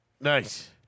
Nice